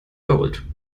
gold